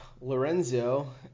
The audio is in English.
Lorenzo